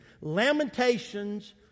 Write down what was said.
Lamentations